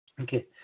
Okay